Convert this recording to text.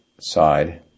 side